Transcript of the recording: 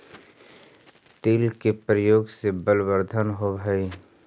तिल के प्रयोग से बलवर्धन होवअ हई